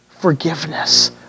Forgiveness